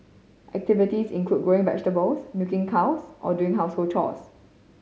activities include growing vegetables milking cows or doing household chores